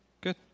good